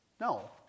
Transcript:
No